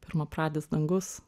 pirmapradis dangus